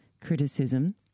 criticism